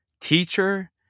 teacher